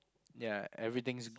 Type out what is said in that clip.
ya everything's